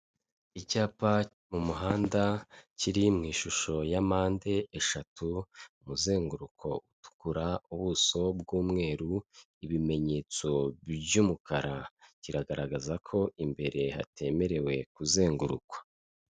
Icyapa mu muhanda kiri mu ishusho ya mpande eshatu, umuzenguruko utukura, ubuso bw'umweru, ibimenyetso by'umukara kigaragaza ko imbere hatemerewe kuzengurukwa.